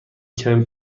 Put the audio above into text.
کمی